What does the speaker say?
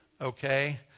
okay